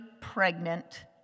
pregnant